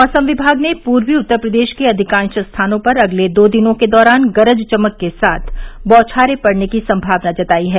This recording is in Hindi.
मौसम विमाग ने पूर्वी उत्तर प्रदेश के अधिकांश स्थानों पर अगले दो दिनों के दौरान गरज चमक के साथ बौछारें पड़ने की संभावना जतायी है